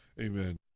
amen